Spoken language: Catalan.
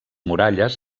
muralles